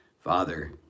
Father